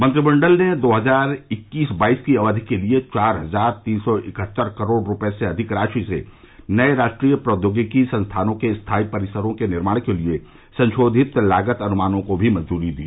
मंत्रिमंडल ने दो हजार इक्कीस बाईस की अवधि के लिए चार हजार तीन सौ इकहत्तर करोड़ रुपये से अधिक राशि से नए राष्ट्रीय प्रौद्योगिकी संस्थानों के स्थायी परिसरों के निर्माण के लिए संशोधित लागत अनुमानों को भी मंजूरी दी